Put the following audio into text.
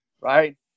right